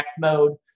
mode